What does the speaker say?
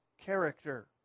character